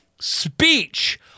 speech